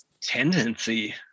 tendency